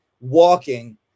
walking